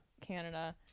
Canada